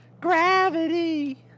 Gravity